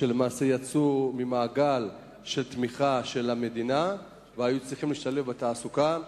שיצאו ממעגל של תמיכה של המדינה והיו צריכים להשתלב בתעסוקה.